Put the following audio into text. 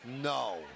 no